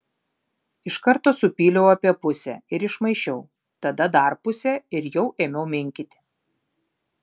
iš karto supyliau apie pusę ir išmaišiau tada dar pusę ir jau ėmiau minkyti